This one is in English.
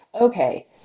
okay